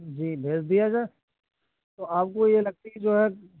جی بھیج دیا جائے تو آپ کو یہ لکڑی جو ہے